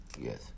yes